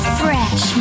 fresh